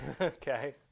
Okay